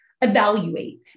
evaluate